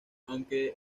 aunque